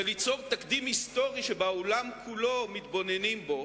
וליצור תקדים היסטורי, שבעולם כולו מתבוננים בו.